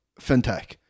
fintech